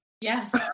yes